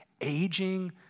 aging